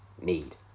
need